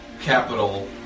Capital